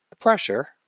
pressure